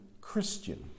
Christian